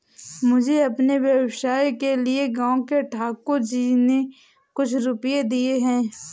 मुझे अपने व्यवसाय के लिए गांव के ठाकुर जी ने कुछ पैसे दिए हैं